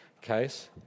case